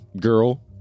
girl